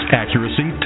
accuracy